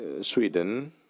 Sweden